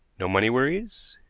no money worries?